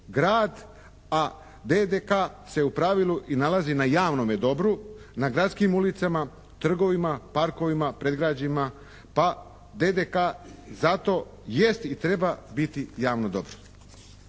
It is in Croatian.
a DTK se u pravu i nalazi na javnome dobru, na gradskim ulicama, trgovima, parkovima, predgrađima pa DTK zato jest i treba biti javno dobro.